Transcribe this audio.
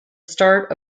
start